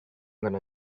gonna